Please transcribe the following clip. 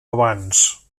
abans